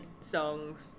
songs